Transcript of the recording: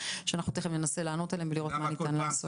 שאנחנו תיכף ננסה לענות עליהן ולראות מה ניתן לעשות.